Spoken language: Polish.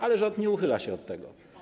Ale rząd nie uchyla się od tego.